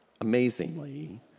amazingly